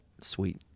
sweet